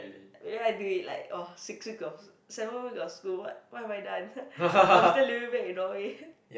ya do it like oh six week of seven week of school what what have I done I'm still living back in Norway